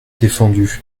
défendu